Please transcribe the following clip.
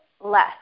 less